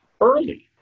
early